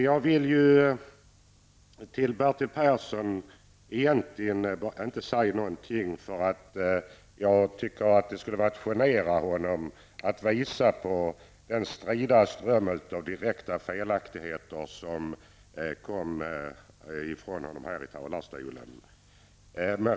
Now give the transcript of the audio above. Jag vill egentligen inte säga något till Bertil Persson, eftersom jag tycker att det skulle genera honom om man visade på den strida ström av direkta felaktigheter som kom ifrån honom här i talarstolen.